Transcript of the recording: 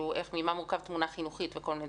ממה מורכבת תמונה חינוכית וכדו'.